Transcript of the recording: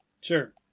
Sure